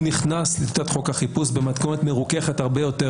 נכנס לחוק החיפוש במתכונת מרוככת הרבה יותר,